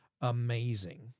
amazing